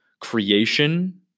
creation